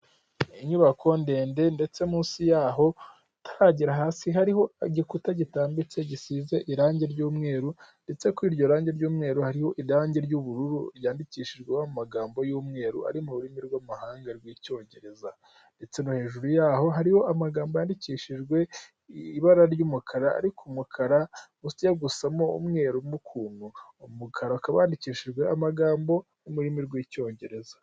Inyubako ndende ndetse munsi y'aho utaragera hasi hariho igikuta gitambitse gisize irangi ry'umweru ndetse kuri iryorangi ry'umweru hari irangi ry'ubururu ryandikishijweho amagambogambo y'umweru ari mu rurimi rwamahanga rw'icyongereza, ndetse no hejuru yaho hariho amagambo yandikishijwe ibara ry'umukara ariko umukara ujya gusamo umweru mo ukuntu umukara uakaba wandikishijwe amagambo y'ururimi rw'icyongereza.